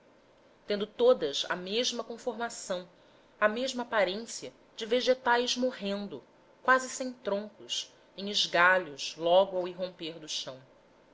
tendo todas a mesma conformação a mesma aparência de vegetais morrendo quase sem troncos em esgalhos logo ao irromper do chão